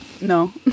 No